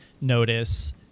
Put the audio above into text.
notice